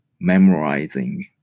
memorizing